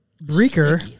Breaker